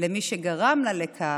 למי שגרם לה לכך,